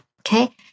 Okay